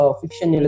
fiction